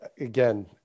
again